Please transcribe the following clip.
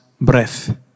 breath